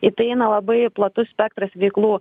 į tai įeina labai platus spektras veiklų